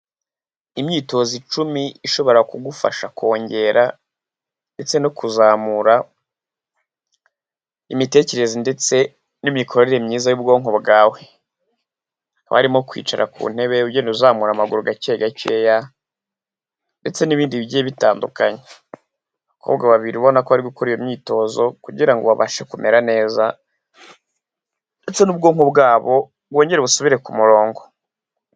Imyitozo icumi ishobora kugufasha kongera ndetse no kuzamura imitekerereze ndetse n'imikorere myiza y'ubwonko bwawe. Hakaba harimo kwicara ku ntebe ugenda uzamura amaguru gake gakeya ndetse n'ibindi bigiye bitandukanye. Abakobwa babiri ubona ko bari gukora iyo myitozo kugira ngo babashe kumera neza ndetse n'ubwonko bwabo bwongere busubire ku murongo.